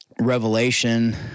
revelation